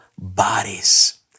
bodies